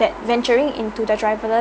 that venturing into the